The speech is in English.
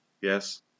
yes